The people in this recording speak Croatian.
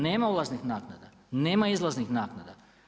Nema ulaznih naknada, nema izlaznih naknada.